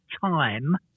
time